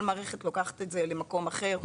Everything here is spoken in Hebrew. כל מערכת לוקחת את זה לכיוון אחר,